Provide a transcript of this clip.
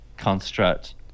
construct